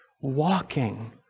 walking